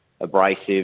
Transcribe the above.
abrasive